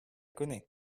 connais